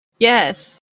Yes